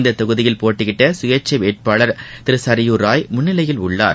இந்த தொகுதியில் போட்டியிட்ட சுயேட்சை வேட்பாளர் திரு சர்யு ராய் முன்னிலையில் உள்ளார்